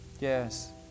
Yes